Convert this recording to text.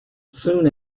soon